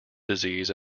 disease